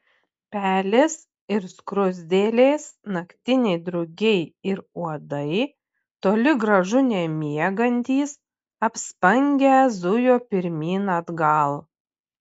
pelės ir skruzdėlės naktiniai drugiai ir uodai toli gražu nemiegantys apspangę zujo pirmyn atgal